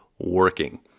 working